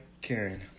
Karen